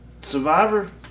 Survivor